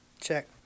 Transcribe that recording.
Check